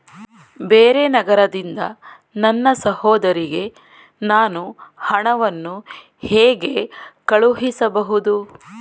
ಬೇರೆ ನಗರದಿಂದ ನನ್ನ ಸಹೋದರಿಗೆ ನಾನು ಹಣವನ್ನು ಹೇಗೆ ಕಳುಹಿಸಬಹುದು?